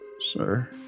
Sir